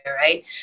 right